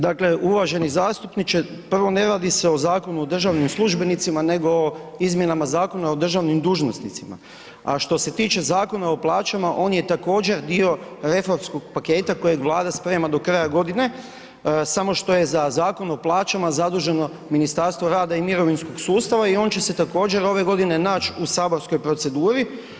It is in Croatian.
Dakle, uvaženi zastupniče prvo ne radi se o Zakonu o državnim službenicima nego o izmjenama Zakona o državnim dužnosnicima, a što se tiče Zakona o plaćama on je također dio reformskog paketa kojeg Vlada sprema do kraja godine, samo što je za Zakon o plaćama zaduženo ministarstvo rada i mirovinskog sustava i on će se također ove godine naći u saborskoj proceduri.